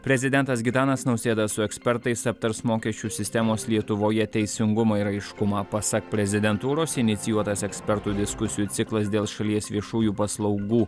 prezidentas gitanas nausėda su ekspertais aptars mokesčių sistemos lietuvoje teisingumą ir aiškumą pasak prezidentūros inicijuotas ekspertų diskusijų ciklas dėl šalies viešųjų paslaugų